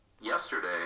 yesterday